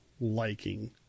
liking